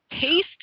taste –